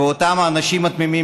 באותם האנשים התמימים,